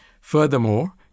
Furthermore